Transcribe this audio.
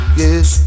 yes